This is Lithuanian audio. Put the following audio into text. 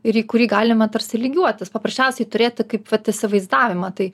ir į kurį galima tarsi lygiuotis paprasčiausiai turėti kaip vat įsivaizdavimą tai